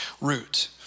root